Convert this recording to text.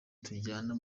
tujyana